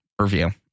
review